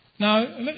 Now